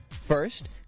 First